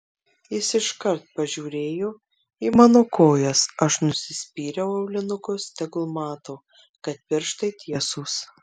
jis iškart pažiūrėjo į mano kojas aš nusispyriau aulinukus tegul mato kad pirštai tiesūs